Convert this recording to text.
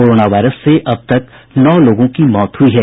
corona virus से अब तक नौ लोगों की मौत हुई है